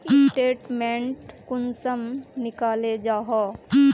Statement कुंसम निकले जाहा?